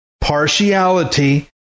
partiality